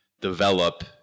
develop